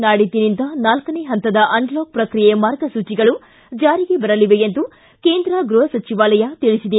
ನಾಡಿದ್ದಿನಿಂದ ನಾಲ್ಕನೇ ಹಂತದ ಅನ್ಲಾಕ್ ಶ್ರಕ್ರಿಯೆ ಮಾರ್ಗಸೂಚಿಗಳು ಜಾರಿಗೆ ಬರಲಿವೆ ಎಂದು ಕೇಂದ್ರ ಗೃಹ ಸಚಿವಾಲಯ ತಿಳಿಸಿದೆ